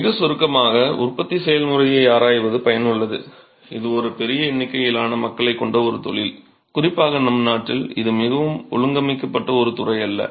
மிக சுருக்கமாக உற்பத்தி செயல்முறையை ஆராய்வது பயனுள்ளது இது ஒரு பெரிய எண்ணிக்கையிலான மக்களைக் கொண்ட ஒரு தொழில் குறிப்பாக நம் நாட்டில் இது மிகவும் ஒழுங்கமைக்கப்பட்ட ஒரு துறை அல்ல